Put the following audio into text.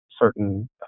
certain